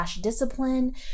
discipline